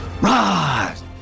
rise